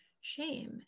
shame